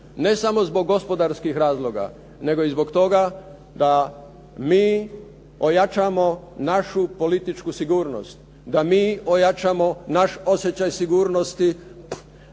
ne samo zbog gospodarskih razloga nego i zbog toga da mi ojačamo našu političku sigurnost, da mi ojačamo naš osjećaj sigurnosti,